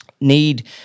need